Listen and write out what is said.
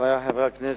חברי חברי הכנסת,